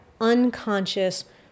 unconscious